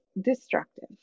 destructive